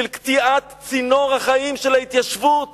של קטיעת צינור החיים של ההתיישבות